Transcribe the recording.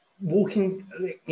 walking